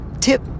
tip